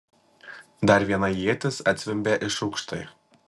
dar viena ietis atzvimbė iš aukštai